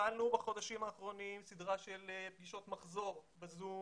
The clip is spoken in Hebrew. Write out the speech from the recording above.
בחודשים האחרונים התחלנו סדרה של פגישות מחזור ב-זום